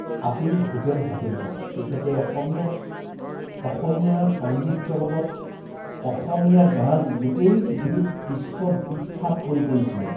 আছিল ভূপেন হাজৰিকা তেখেতে অসমীয়া অসমীয়া সংগীত জগতত অসমীয়া গান গোটেই পৃথিৱীত বিশ্ববিখ্যাত কৰি তুলিছিলে